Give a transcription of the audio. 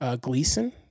Gleason